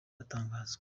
atangazwa